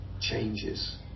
changes